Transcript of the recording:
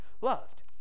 loved